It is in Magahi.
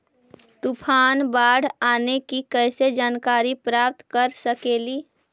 तूफान, बाढ़ आने की कैसे जानकारी प्राप्त कर सकेली?